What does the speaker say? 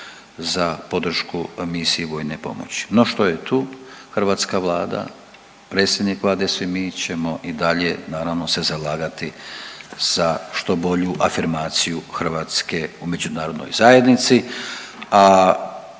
za podršku misiji vojne pomoći. No, što je tu hrvatska Vlada, predsjednik Vlade, svi mi ćemo i dalje naravno se zalagati za što bolju afirmaciju Hrvatske u međunarodnoj zajednici, a